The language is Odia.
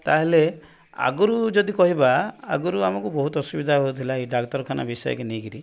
ତାହେଲେ ଆଗରୁ ଯଦି କହିବା ଆଗରୁ ଆମକୁ ବହୁତ ଅସୁବିଧା ହେଉଥିଲା ଏଇ ଡାକ୍ତରଖାନା ବିଷୟକୁ ନେଇକରି